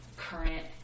current